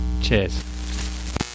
Cheers